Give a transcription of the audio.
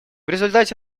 результате